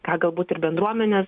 ką galbūt ir bendruomenės